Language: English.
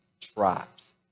tribes